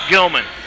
Gilman